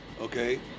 Okay